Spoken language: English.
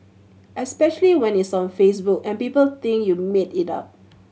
especially when it's on Facebook and people think you made it up